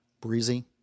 breezy